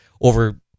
over